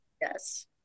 Yes